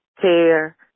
care